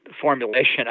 formulation